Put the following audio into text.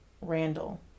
Randall